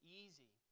easy